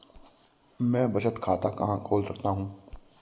मैं बचत खाता कहां खोल सकता हूं?